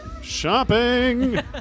Shopping